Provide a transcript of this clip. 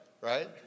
right